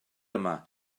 yma